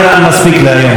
את יכולה לצאת.